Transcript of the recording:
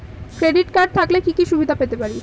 Credit card থাকলে কি কি সুবিধা পেতে পারি?